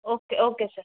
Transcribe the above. okay okay sir